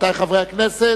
רבותי חברי הכנסת.